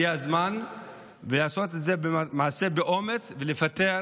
הגיע הזמן לעשות מעשה באומץ ולפטר